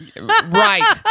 Right